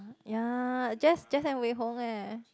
ya Jess Jess and Wei-Hong eh